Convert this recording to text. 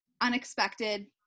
unexpected